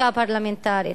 בחקיקה פרלמנטרית,